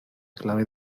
clave